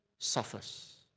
suffers